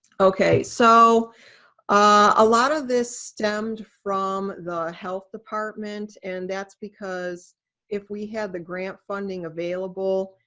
okay. so a lot of this stemmed from the health department, and that's because if we had the grant funding available.